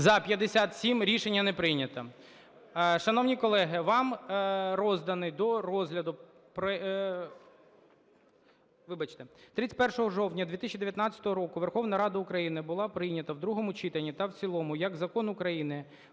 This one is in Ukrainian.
За-75 Рішення не прийнято.